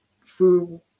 food